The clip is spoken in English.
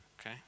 okay